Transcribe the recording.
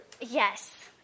Yes